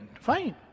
Fine